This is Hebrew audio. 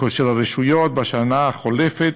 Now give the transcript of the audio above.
של הרשויות בשנה החולפת,